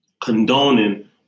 condoning